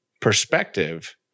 perspective